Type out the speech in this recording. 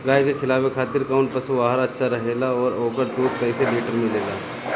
गाय के खिलावे खातिर काउन पशु आहार अच्छा रहेला और ओकर दुध कइसे लीटर मिलेला?